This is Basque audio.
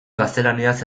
gaztelaniaz